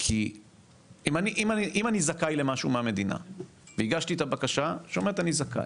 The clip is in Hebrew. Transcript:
כי אם אני זכאי למשהו מהמדינה והגשתי את הבקשה שאומרת אני זכאי,